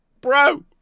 Bro